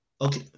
Okay